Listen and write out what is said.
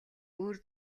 өөр